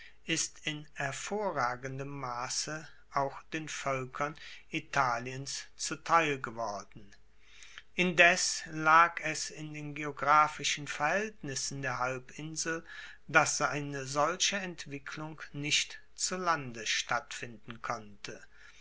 ist in hervorragendem masse auch den voelkern italiens zuteil geworden indes lag es in den geographischen verhaeltnissen der halbinsel dass eine solche einwirkung nicht zu lande stattfinden konnte